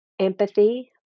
empathy